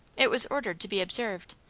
it was ordered to be observed.